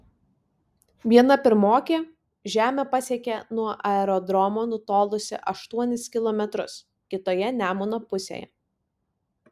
viena pirmokė žemę pasiekė nuo aerodromo nutolusi aštuonis kilometrus kitoje nemuno pusėje